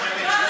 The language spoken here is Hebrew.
צריך